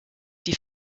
die